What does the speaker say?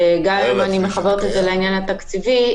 וגם אם אני מחברת את זה לעניין התקציבי,